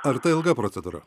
ar tai ilga procedūra